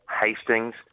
Hastings